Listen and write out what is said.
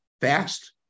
fast